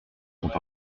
sont